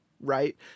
Right